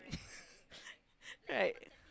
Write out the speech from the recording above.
right